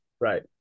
Right